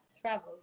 travel